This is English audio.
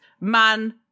man